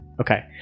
Okay